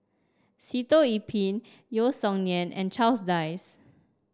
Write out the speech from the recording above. Sitoh Yih Pin Yeo Song Nian and Charles Dyce